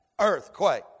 earthquake